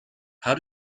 how